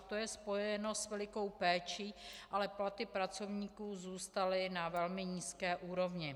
To je spojeno s velikou péčí, ale platy pracovníků zůstaly na velmi nízké úrovni.